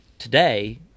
today